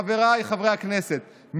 חבריי חברי הכנסת,